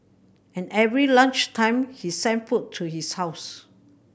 and every lunch time he sent food to his house